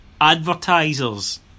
advertisers